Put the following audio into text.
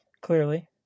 clearly